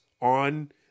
on